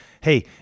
hey